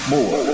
More